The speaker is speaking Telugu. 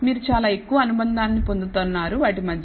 మీరు చాలా ఎక్కువ అనుబంధాన్ని పొందుతున్నారు వాటి మధ్య